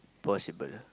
possible